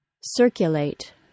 circulate